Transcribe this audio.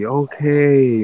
okay